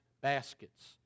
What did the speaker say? baskets